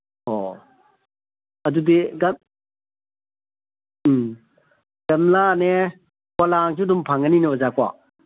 ꯑꯣ ꯑꯗꯨꯗꯤ ꯎꯝ ꯒꯝꯂꯥꯅꯦ ꯄꯣꯂꯥꯡꯁꯨ ꯑꯗꯨꯝ ꯐꯪꯉꯅꯤꯅꯦ ꯑꯣꯖꯥꯀꯣ